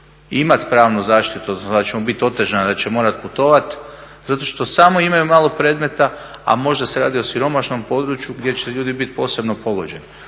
imati pravnu zaštitu, da će mu biti otežana, da će morati putovati zato što imaju malo predmeta, a možda se radi o siromašnom području gdje će ljudi biti posebno pogođeni.